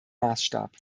maßstab